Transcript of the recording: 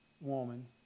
woman